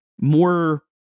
More